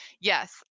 yes